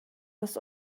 was